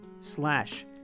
slash